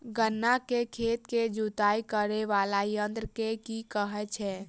गन्ना केँ खेत केँ जुताई करै वला यंत्र केँ की कहय छै?